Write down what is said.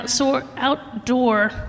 outdoor